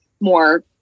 more